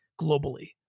globally